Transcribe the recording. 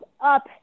up